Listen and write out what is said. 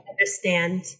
understand